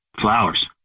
Flowers